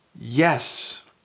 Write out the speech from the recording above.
yes